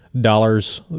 dollars